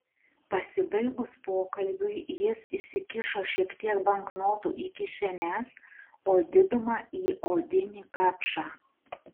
pasibaigus pokalbiui jis įsikišo šiek tiek banknotų į kišenes o didumą į odinį kapšą